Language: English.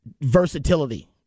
versatility